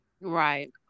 Right